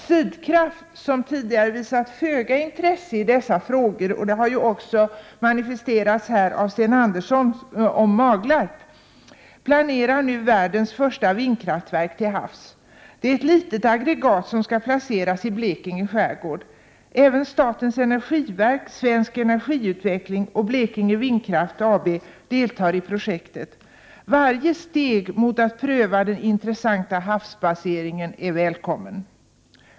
Sydkraft — som tidigare visat föga intresse i dessa frågor, vilket här tidigare intygades av Sten Andersson i Malmö när han talade om Maglarp — planerar nu världens första vindkraftverk till havs. Det är ett litet aggregat som skall placeras i Blekinge skärgård. Även statens energiverk, Svensk energiutveckling och Blekinge vindkraft AB deltar i projektet. Varje steg mot att pröva den intressanta havsbaseringen är välkommet.